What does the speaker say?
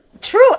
True